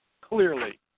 Clearly